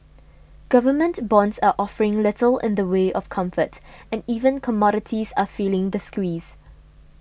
government bonds are offering little in the way of comfort and even commodities are feeling the squeeze